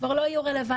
כבר לא יהיו רלוונטיות.